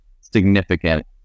significant